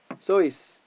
so is